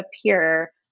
appear